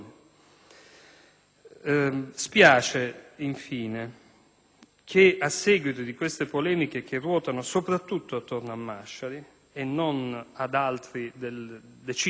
Spiace, infine, che, a seguito di queste polemiche che ruotano soprattutto attorno a Masciari e non alle altre decine